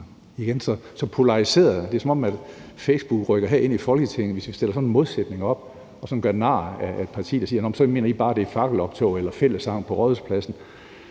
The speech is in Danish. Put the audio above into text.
polariseret. Det er, som om Facebook rykker herind i Folketinget, hvis vi stiller sådan en modsætning op og sådan gør nar ad et parti og siger: I mener bare, at det er fakkeloptog eller fællessang på Rådhuspladsen,